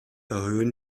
erhöhen